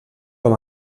com